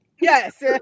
yes